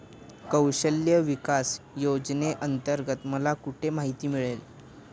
कौशल्य विकास योजनेअंतर्गत मला कुठे माहिती मिळेल?